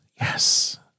Yes